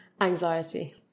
anxiety